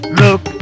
look